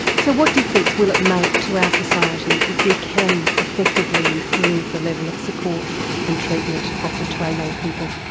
so what difference will it make to our society if we can effectively improve the level of support and treatment offered to our young people?